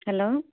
hello